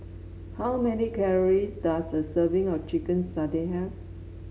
how many calories does a serving of Chicken Satay have